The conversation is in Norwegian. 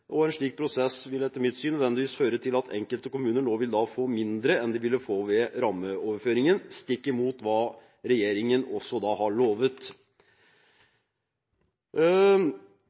jo en slik søknadsprosess være hinsides enhver fornuft og etter mitt syn nødvendigvis føre til at enkelte kommuner nå vil få mindre enn de ville fått med rammeoverføringen, stikk i strid med hva regjeringen har lovet.